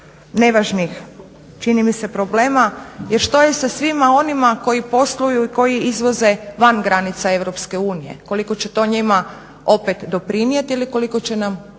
nevažnih, čini mi se problema. Jer što je sa svima onima koji posluju i koji izvoze van granica EU, koliko će to njima opet doprinijeti ili koliko će im